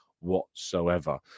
whatsoever